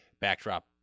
backdrop